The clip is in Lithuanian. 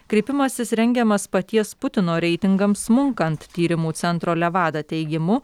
kreipimasis rengiamas paties putino reitingams smunkant tyrimų centro levada teigimu